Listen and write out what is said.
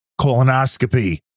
colonoscopy